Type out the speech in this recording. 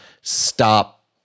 stop